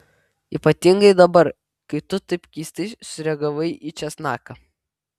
ypatingai dabar kai tu taip keistai sureagavai į česnaką